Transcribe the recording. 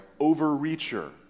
overreacher